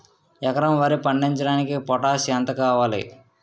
ఎకరం వరి పండించటానికి పొటాష్ ఎంత వాడాలి?